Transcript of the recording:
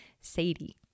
Sadie